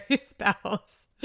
spouse